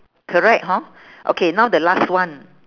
correct hor okay now the last one